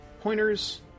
Pointers